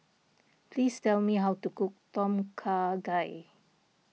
please tell me how to cook Tom Kha Gai